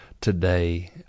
today